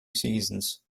seasons